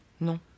Non